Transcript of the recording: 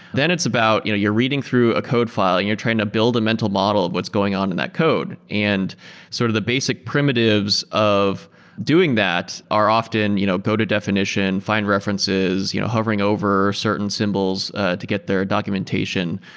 then it's about you know you're reading through a code file, and trying to build a mental model of what's going on in that code. and sort of the basic primitives of doing that are often you know go to definition, find references, you know hovering over certain symbols to get there, documentation.